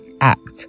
Act